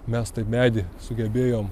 mes taip medį sugebėjom